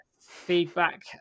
feedback